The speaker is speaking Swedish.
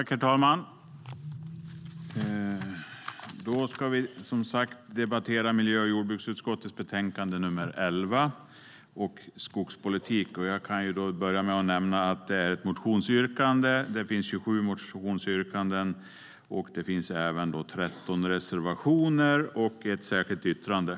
Herr talman! Vi ska debattera miljö och jordbruksutskottets betänkande nr 11, SkogspolitikJag kan börja med att nämna att det finns 27 motionsyrkanden. Det finns 13 reservationer och ett särskilt yttrande.